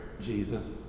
Jesus